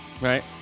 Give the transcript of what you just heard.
right